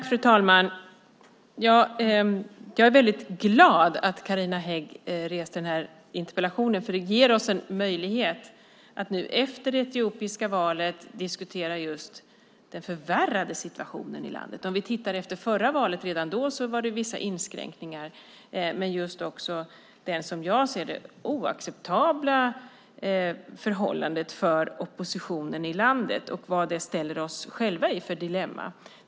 Fru talman! Jag är glad att Carina Hägg väckte denna interpellation. Det ger oss en möjlighet att nu efter det etiopiska valet diskutera den förvärrade situationen i landet. Redan efter förra valet fanns vissa inskränkningar och det, som jag ser det, oacceptabla förhållandet för oppositionen i landet. Vi får nu diskutera vilket dilemma detta ställer oss själva i.